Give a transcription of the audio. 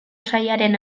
sailaren